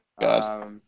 god